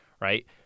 right